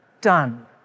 done